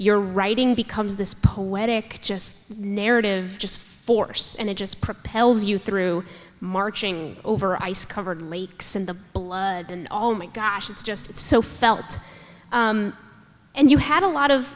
your writing becomes this poetic just narrative just force and it just propels you through marching over ice covered lakes and the blood and all my gosh it's just it's so felt and you had a lot of